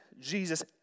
Jesus